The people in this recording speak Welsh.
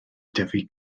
dyfu